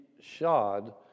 shod